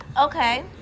okay